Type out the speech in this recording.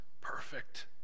perfect